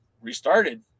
Restarted